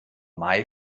may